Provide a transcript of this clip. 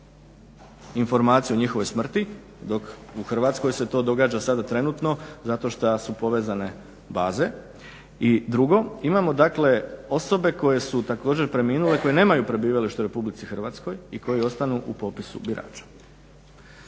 odmah informaciju o njihovoj smrti dok u Hrvatskoj se to događa sada trenutno zato što su povezane baze. I drugo, imamo dakle osobe koje su također preminule koje nemaju prebivalište u RH i koje ostanu u popisu birača.